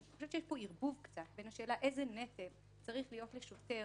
שאנחנו חושבת שיש קצת ערבוב בין השאלה איזה נטל צריך להיות לשוטר